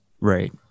Right